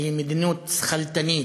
שהיא מדיניות שכלתנית,